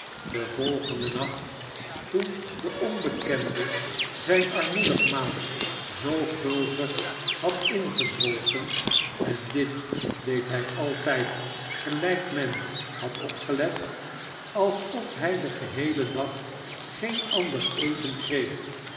den volgenden nacht toen de onbekende zijn armoedig maal zoo gulzig had ingezwolgen en dit deed hij altijd gelijk men had opgelet alsof hij den geheelen dag geen ander eten kreeg